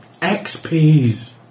XPs